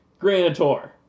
Granitor